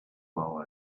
well